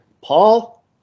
Paul